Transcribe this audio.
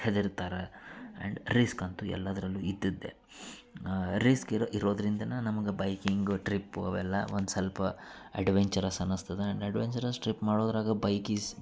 ಹೆದರ್ತಾರೆ and risk ಅಂತು ಎಲ್ಲಾದರಲ್ಲೂ ಇದ್ದದ್ದೆ ರಿಸ್ಕ್ ಇರೋ ಇರೋದರಿಂದನ ನಮ್ಗ ಬೈಕಿಂಗ್ ಟ್ರಿಪ್ಪ್ ಅವೆಲ್ಲ ಒಂದು ಸ್ವಲ್ಪ ಅಡ್ವೆಂಚರಸ್ ಅನಿಸ್ತದ ಆ್ಯಂಡ್ ಅಡ್ವೆಂಚರಸ್ ಟ್ರಿಪ್ ಮಾಡುದ್ರಾಗ ಬೈಕ್ ಈಸ್